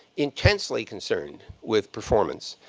intensely concerned with performance,